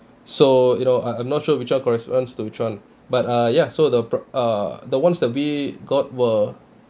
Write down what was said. so you know I I'm not sure which are corresponds to which one but uh ya so the per~ err the ones we got were